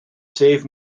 save